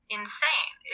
insane